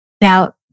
Now